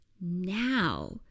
now